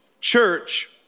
church